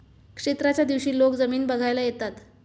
क्षेत्राच्या दिवशी लोक जमीन बघायला येतात